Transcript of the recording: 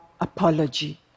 apology